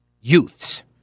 youths